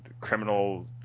criminal